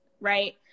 right